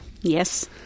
yes